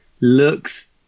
looks